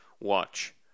watch